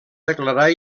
declarar